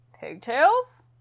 pigtails